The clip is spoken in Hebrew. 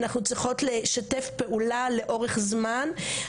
אנחנו צריכות לשתף פעולה לאורך זמן.